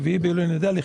7 ביולי אני יודע לחיות.